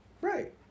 Right